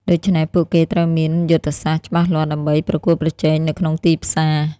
ដូច្នេះ ពួកគេត្រូវមានយុទ្ធសាស្ត្រច្បាស់លាស់ដើម្បីប្រកួតប្រជែងនៅក្នុងទីផ្សារ។